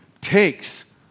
takes